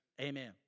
Amen